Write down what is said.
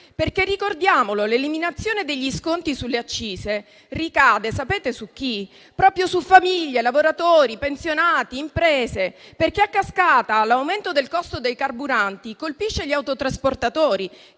Ricordiamo che l'eliminazione degli sconti sulle accise ricade proprio su famiglie, lavoratori, pensionati e imprese, perché a cascata l'aumento del costo dei carburanti colpisce gli autotrasportatori,